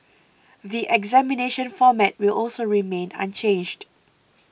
the examination format will also remain unchanged